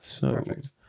Perfect